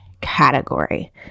category